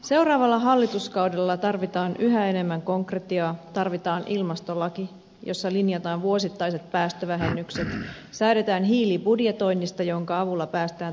seuraavalla hallituskaudella tarvitaan yhä enemmän konkretiaa tarvitaan ilmastolaki jossa linjataan vuosittaiset päästövähennykset säädetään hiilibudjetoinnista jonka avulla päästään tavoitteisiin